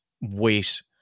weight